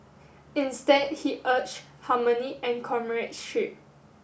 instead he urged harmony and comradeship